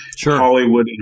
Hollywood